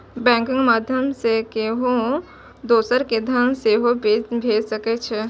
बैंकक माध्यय सं केओ दोसर कें धन सेहो भेज सकै छै